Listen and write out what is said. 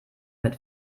mit